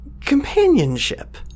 companionship